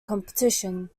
competition